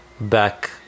back